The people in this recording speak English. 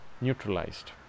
neutralized